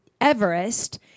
Everest